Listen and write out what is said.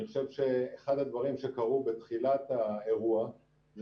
אני חושב שאחד הדברים שקרו בתחילת האירוע הוא